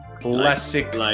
Classic